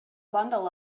bundle